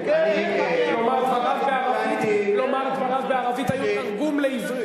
לומר, דבריו בערבית היו תרגום מעברית.